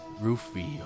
Rufio